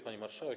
Pani Marszałek!